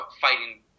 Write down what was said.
fighting